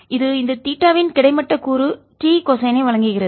இது இந்த தீட்டாவின் கிடைமட்ட கூறு T கொசைனை வழங்குகிறது